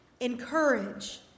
encourage